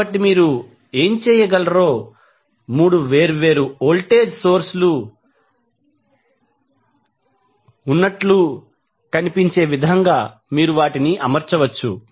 కాబట్టి మీరు ఏమి చేయగలరో 3 వేర్వేరు వోల్టేజ్ సోర్స్ లు ఉన్నట్లు కనిపించే విధంగా మీరు వాటిని అమర్చవచ్చు